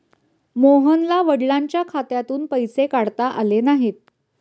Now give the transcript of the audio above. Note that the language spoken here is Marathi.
मोहनला वडिलांच्या खात्यातून पैसे काढता आले नाहीत